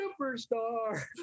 Superstar